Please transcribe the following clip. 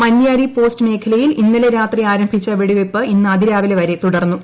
മൻയാരി പോസ്റ്റ്മേഖലയിൽ ഇന്നലെ രാത്രി ആരംഭിച്ച വെടിവെയ്പ്പ് ഇന്ന് അതിരാവിലെ വരെ തുടർന്നു